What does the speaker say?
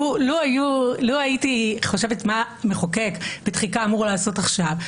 לו הייתי חושבת מה המחוקק בתחיקה אמור לעשות עכשיו,